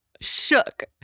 shook